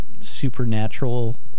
supernatural